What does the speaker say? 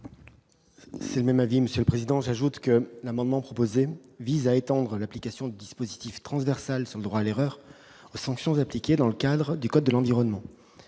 partage l'avis de la commission. L'amendement proposé vise à étendre l'application du dispositif transversal sur le droit à l'erreur aux sanctions appliquées dans le cadre du code de l'environnement.